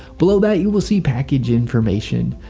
below that you will see package information.